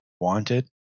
wanted